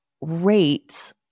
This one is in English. rates